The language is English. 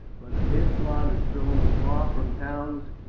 but if his lot is thrown far from towns